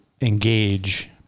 engage